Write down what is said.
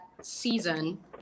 season